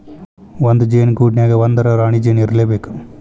ಒಂದ ಜೇನ ಗೂಡಿನ್ಯಾಗ ಒಂದರ ರಾಣಿ ಜೇನ ಇರಲೇಬೇಕ